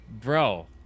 bro